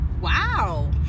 Wow